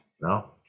No